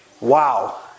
Wow